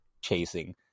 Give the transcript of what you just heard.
Chasing